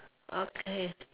okay